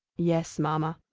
yes, mamma.